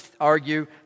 argue